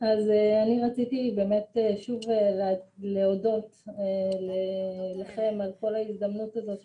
אז אני רציתי שוב באמת להודות לכם על כל ההזדמנות הזאת,